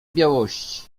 białości